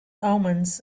omens